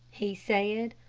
he said.